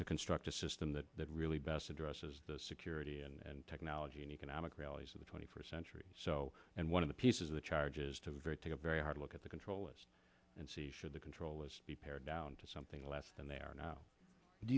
to construct a system that that really best addresses the security and technology and economic realities of the twenty first century so and one of the pieces of the charges to very take a very hard look at the control and see should the controllers be pared down to something less than they are now do